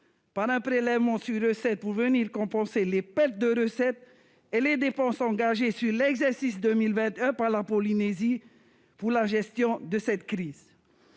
contribution exceptionnelle pour venir compenser les pertes de recettes et les dépenses engagées sur l'exercice 2021 par la Polynésie pour la gestion de cette crise.